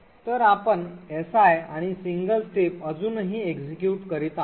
तर आपण si आणि सिंगल स्टेप अजूनही execute करीत आहोत